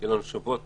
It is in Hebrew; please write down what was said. שיהיה לנו שבוע טוב.